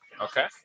Okay